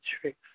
tricks